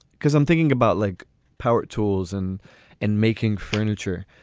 because i'm thinking about like power tools and and making furniture.